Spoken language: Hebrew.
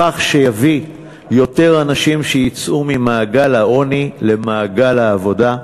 בכך שתביא יותר אנשים שיצאו ממעגל העוני למעגל העבודה.